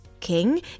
King